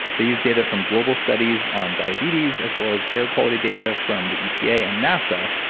they used data from global studies on diabetes, as well as air quality data from the epa and nasa,